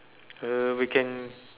uh we can